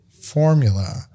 Formula